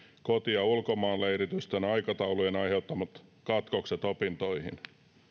koti ja ulkomaan leiritysten aikataulujen aiheuttamat katkokset opintoihin